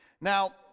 Now